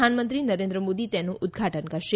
પ્રધાનમંત્રી નરેન્દ્ર મોદી તેનું ઉદ્દઘાટન કરશે